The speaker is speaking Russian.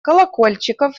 колокольчиков